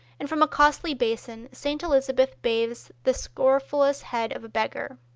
and from a costly basin st. elizabeth bathes the scrofulous head of a beggar.